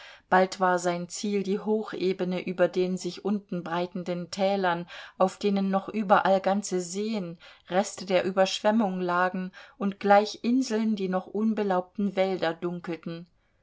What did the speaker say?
bald war sein ziel die hochebene über den sich unten breitenden tälern auf denen noch überall ganze seen reste der überschwemmung lagen und gleich inseln die noch unbelaubten wälder dunkelten